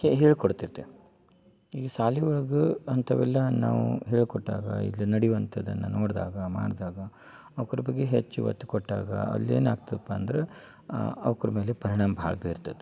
ಹೇ ಹೇಳ್ಕೊಡುತೈತೆ ಈ ಶಾಲಿ ಒಳಗೂ ಅಂಥವೆಲ್ಲ ನಾವು ಹೇಳ್ಕೊಟ್ಟಾಗ ಇಲ್ಲಿ ನಡೆಯುವಂಥದ್ದನ್ನ ನೋಡ್ದಾಗ ಮಾಡ್ದಾಗ ಅವ್ಕರ್ ಬಗ್ಗೆ ಹೆಚ್ಚು ಒತ್ತು ಕೊಟ್ಟಾಗ ಅಲ್ಲಿ ಏನಾಗ್ತದಪ್ಪ ಅಂದ್ರೆ ಅವ್ಕರ್ ಮೇಲೆ ಪರಿಣಾಮ ಭಾಳ ಬಿರ್ತೈತಿ